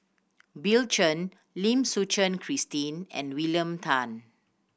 Bill Chen Lim Suchen Christine and William Tan